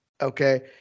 okay